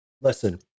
Listen